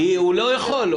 כי הוא לא יכול.